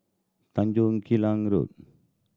Tanjong Klang Road